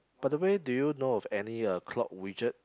by the way do you know of any uh clock widget